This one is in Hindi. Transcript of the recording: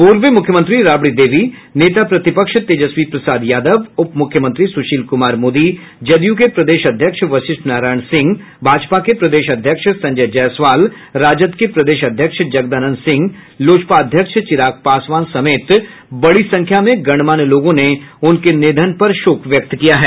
पूर्व मुख्यमंत्री राबड़ी देवी नेता प्रतिपक्ष तेजस्वी प्रसाद यादव उप मुख्यमंत्री सुशील कुमार मोदी जदयू के प्रदेश अध्यक्ष वशिष्ठ नारायण सिंह भाजपा के प्रदेश अध्यक्ष संजय जायसवाल राजद के प्रदेश अध्यक्ष जगदानंद सिंह लोजपा अध्यक्ष चिराग पासवान समेत बड़ी संख्या में गणमान्य लोगों ने उनके निधन पर शोक व्यक्त किया है